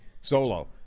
solo